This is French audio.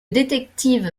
détective